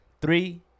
three